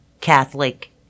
Catholic